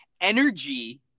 energy